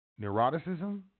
neuroticism